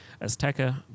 Azteca